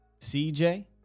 CJ